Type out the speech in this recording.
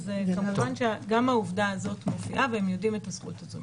כמובן שגם העובדה הזאת מופיעה והם יודעים את הזכות הזאת.